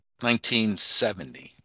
1970